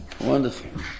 Wonderful